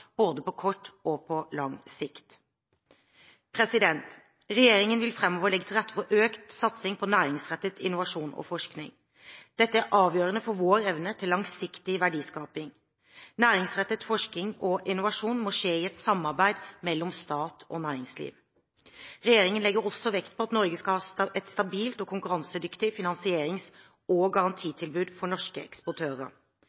både på kort og lang sikt. Regjeringen vil framover legge til rette for økt satsing på næringsrettet innovasjon og forskning. Dette er avgjørende for vår evne til langsiktig verdiskaping. Næringsrettet forskning og innovasjon må skje i et samarbeid mellom stat og næringsliv. Regjeringen legger også vekt på at Norge skal ha et stabilt og konkurransedyktig finansierings- og